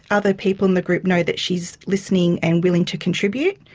other people in the group know that she is listening and willing to contribute.